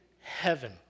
Heaven